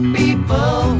people